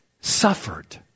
suffered